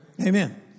Amen